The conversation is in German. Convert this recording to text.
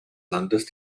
landes